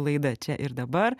laidą čia ir dabar